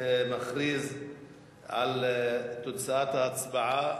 אני מכריז על תוצאות ההצבעה,